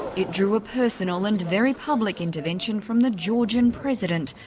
it drew a personal and very public intervention from the georgian president,